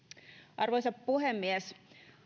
arvoisa puhemies